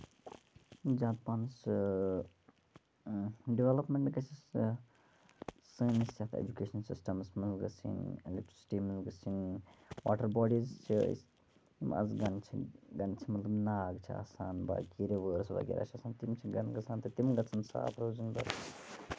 زیادٕ پَہنَس اۭں ڈیولپمیٚنٹ گژھٮ۪س سٲنِس یَتھ ایٚجوٗکیشن سِسٹمَس منٛز گژھٕنۍ ایٚلکٹرسِٹی منٛز گژھِ یِنۍ واٹر باڑیٖز چھِ أسۍ منٛز گَنچھِ گَنچھِ مطلب ناگ چھِ آسان باقٕے رِوٲرٕس وغیرہ چھِ آسان تِم چھِ گنٛدٕ گژھان تہٕ تِم گژھن صاف روزٕنۍ